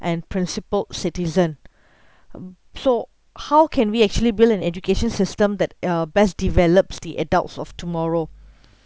and principled citizen um so how can we actually build an education system that uh best develops the adults of tomorrow